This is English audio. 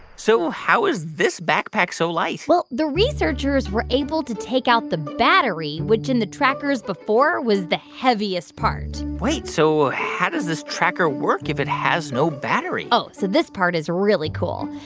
so how is this backpack so light? well, the researchers were able to take out the battery, which, in the trackers before, was the heaviest part wait. so how does this tracker work if it has no battery? oh, so this part is really cool.